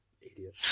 idiot